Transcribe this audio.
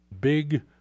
big